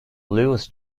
lewis